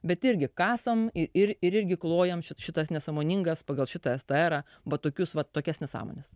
bet irgi kasam ir irgi klojam šitas nesąmoningas pagal šitą vat tokius va tokias nesąmones